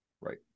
right